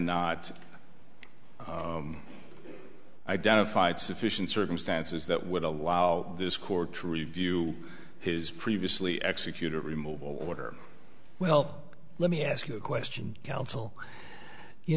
not identified sufficient circumstances that would allow this courtroom review his previously executed removal order well let me ask you a question counsel you